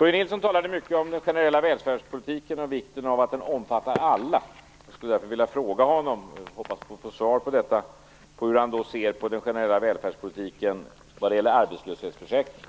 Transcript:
Börje Nilsson talade mycket om den generella välfärdspolitiken och vikten av att den omfattar alla. Jag skulle därför vilja fråga honom - och jag hoppas att få svar på det - hur han ser på den generella välfärdspolitiken vad gäller arbetslöshetsförsäkringen.